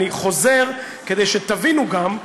אני חוזר כדי שתבינו גם,